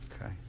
Okay